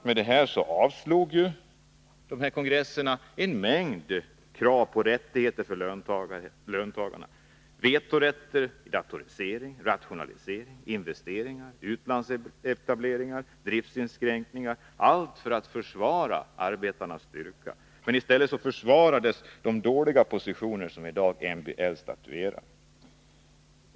Vidare avslog kongresserna en mängd krav på rättigheter för löntagarna: vetorätt inför datorisering, rationaliseringar, investeringar, u-landsetableringar, driftsinskränkningar — allt detta krav för att förbättra arbetarnas styrka. I stället försvaras alltså de dåliga positioner som MBL i dag ger.